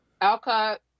Alcott